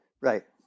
Right